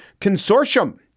Consortium